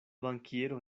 bankiero